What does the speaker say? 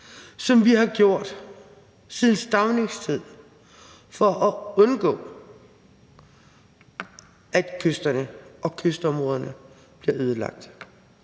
som vi har gjort siden Staunings tid, for at undgå, at kysterne og kystområderne bliver ødelagt.